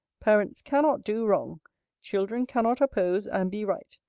parents cannot do wrong children cannot oppose, and be right.